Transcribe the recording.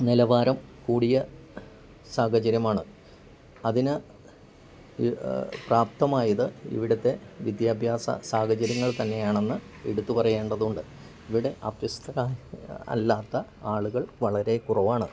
നിലവാരം കൂടിയ സാഹചര്യമാണ് അതിന് പ്രാപ്തമായത് ഇവിടത്തെ വിദ്യാഭ്യാസ സാഹചര്യങ്ങൾ തന്നെയാണെന്ന് എടുത്തുപറയേണ്ടതുണ്ട് ഇവിടെ അഭ്യസ്തരല്ലാത്ത ആളുകൾ വളരെ കുറവാണ്